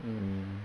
mm